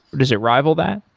does it rival that?